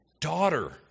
daughter